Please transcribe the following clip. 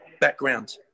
Background